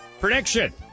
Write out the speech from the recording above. Prediction